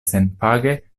senpage